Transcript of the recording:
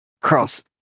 cross